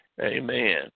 Amen